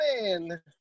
man